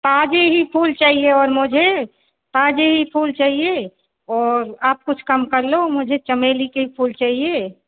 ताज़ा ही फूल चाहिए और मुझे ताज़ा ही फूल चाहिए और आप कुछ कम कर लो मुझे चमेली के फूल चाहिए